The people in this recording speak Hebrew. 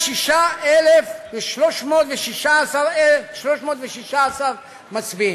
106,316 מצביעים.